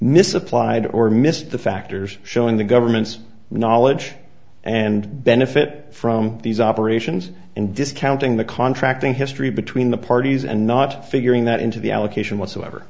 misapplied or missed the factors showing the government's knowledge and benefit from these operations and discounting the contracting history between the parties and not figuring that into the allocation whatsoever